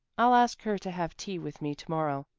i'll ask her to have tea with me to-morrow.